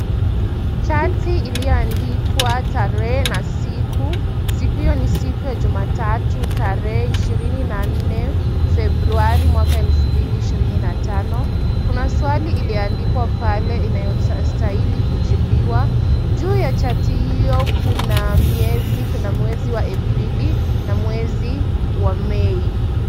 Chati iliyoandikwa tarehe na siku, siku hiyo ni siku ya jumatatu tarehe 24 Februari mwaka wa 2025. Kuna swali iliyoandikwa pale inayostahili kujibiwa. Juu ya chati hiyo kuna miezi kuna mwezi wa Aprili na mwezi wa Mei.